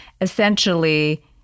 essentially